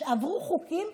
עברו חוקים,